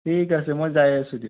ঠিক আছে মই যাই আছোঁ দিয়ক